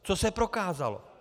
Co se prokázalo?